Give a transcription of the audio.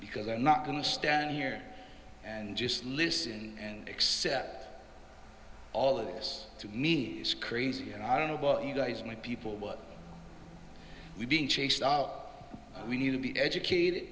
because i'm not going to stand here and just listen and accept all of us to me is crazy and i don't know what you guys my people what we being chased out we need to be educated